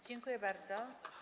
Dziękuję bardzo.